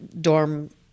dorm